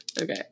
Okay